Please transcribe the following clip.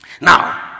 Now